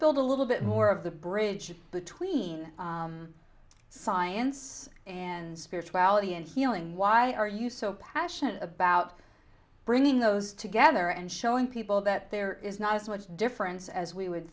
build a little bit more of the bridge between science and spirituality and healing why are you so passionate about bringing those together and showing people that there is not as much difference as we would